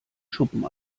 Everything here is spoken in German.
schuppen